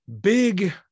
big